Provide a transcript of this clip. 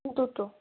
দুটো